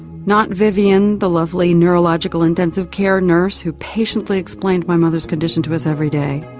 not vivian the lovely neurological intensive care nurse who patiently explained my mother's condition to us every day.